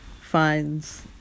finds